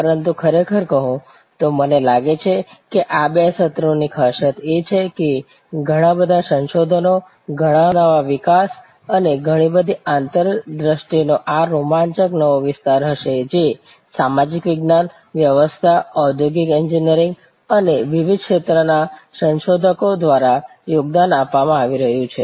પરંતુ ખરેખર કહું તો મને લાગે છે કે આ બે સત્રોની ખાસિયત એ છે કે ઘણા બધા સંશોધનો ઘણા નવા વિકાસ અને ઘણી બધી આંતરદૃષ્ટિનો આ રોમાંચક નવો વિસ્તાર હશે જે સામાજિક વિજ્ઞાનવ્યવસ્થાઔદ્યોગિક એન્જિનિયરિંગ અને વિવિધ ક્ષેત્રના સંશોધકો દ્વારા યોગદાન આપવામાં આવી રહ્યું છે